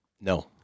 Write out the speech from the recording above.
No